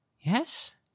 Yes